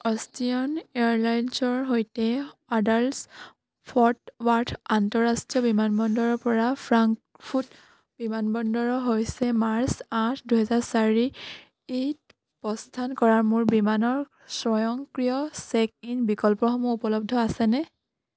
Austrian এয়াৰলাইনছৰ সৈতে Dallas Fort Worth আন্তঃৰাষ্ট্ৰীয় বিমানবন্দৰৰ পৰা ফ্ৰাংকফুট বিমানবন্দৰৰ হৈছে মাৰ্চ আঠ দুহেজাৰ চাৰিত প্ৰস্থান কৰা মোৰ বিমানৰ স্বয়ংক্ৰিয় চেক ইন বিকল্পসমূহ উপলব্ধ আছেনে